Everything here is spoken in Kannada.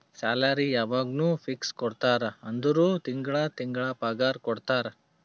ಸ್ಯಾಲರಿ ಯವಾಗ್ನೂ ಫಿಕ್ಸ್ ಕೊಡ್ತಾರ ಅಂದುರ್ ತಿಂಗಳಾ ತಿಂಗಳಾ ಪಗಾರ ಕೊಡ್ತಾರ